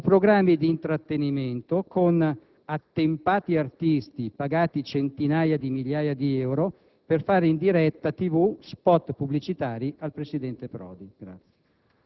o programmi d'intrattenimento con attempati artisti pagati centinaia di migliaia di euro per fare in diretta TV *spot* pubblicitari al presidente Prodi.